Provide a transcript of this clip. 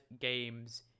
games